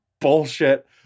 bullshit